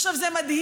עכשיו, זה מדהים.